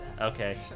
Okay